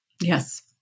Yes